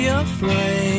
afraid